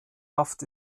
haft